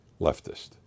leftist